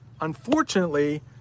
Unfortunately